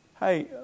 Hey